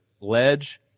ledge